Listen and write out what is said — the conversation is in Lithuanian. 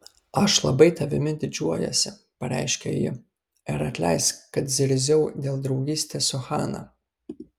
aš labai tavimi didžiuojuosi pareiškė ji ir atleisk kad zirziau dėl draugystės su hana